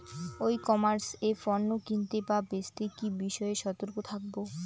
ই commerce এ পণ্য কিনতে বা বেচতে কি বিষয়ে সতর্ক থাকব?